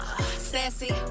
Sassy